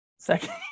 Second